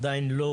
עדיין לא